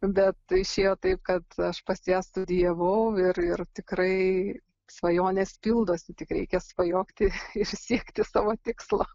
bet išėjo taip kad aš pas ją studijavau ir ir tikrai svajonės pildosi tik reikia svajoti ir siekti savo tikslo